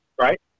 right